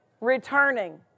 Returning